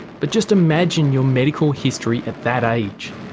but just imagine your medical history at that age.